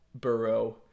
Burrow